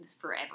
forever